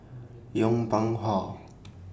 Yong Pung How